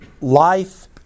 life